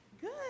Good